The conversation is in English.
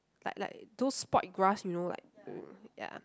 like like those spoilt grass you know like ya